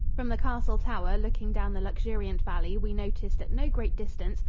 from the castle tower, looking down the luxuriant valley, we noticed at no great distance,